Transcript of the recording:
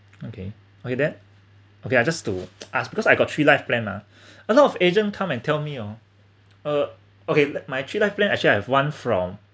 okay okay that okay I just to ask because I got three life plan ah a lot of agent come and tell me hor uh okay my three Iife plan actually I have one from